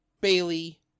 Bailey